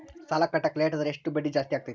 ಸಾಲ ಕಟ್ಟಾಕ ಲೇಟಾದರೆ ಎಷ್ಟು ಬಡ್ಡಿ ಜಾಸ್ತಿ ಆಗ್ತೈತಿ?